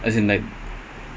need register no as in like